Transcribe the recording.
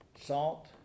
salt